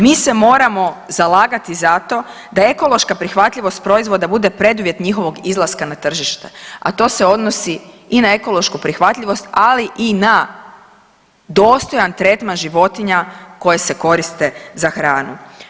Mi se moramo zalagati za to da ekološka prihvatljivost proizvoda bude preduvjet njihovog izlaska na tržište, a to se odnosi i na ekološku prihvatljivost, ali i na dostojan tretman životinja koje se koriste za hranu.